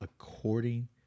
according